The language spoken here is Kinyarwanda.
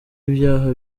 ibyaha